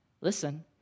listen